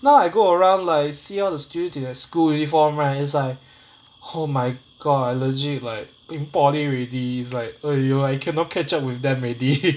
now I go around like see all the students in their school uniform right it's like oh my god legit like in poly already it's like !aiyo! I cannot catch up with them already